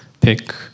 pick